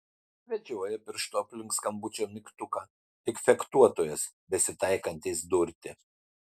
vedžioja pirštu aplink skambučio mygtuką lyg fechtuotojas besitaikantis durti